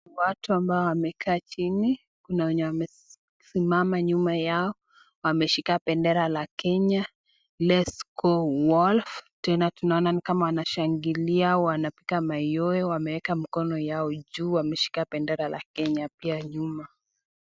Watu ambao wamekaa chini, kuna wenye wamesimama nyuma yao, wameshika bendera la Kenya lets go world tena ni kama wanashangilia wanaweka mayowe wanaweka mikono yao juu wameshika bedera la Kenya pia nyuma.